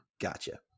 Gotcha